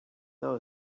now